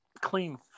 clean